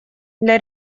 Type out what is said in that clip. для